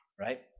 Right